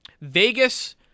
Vegas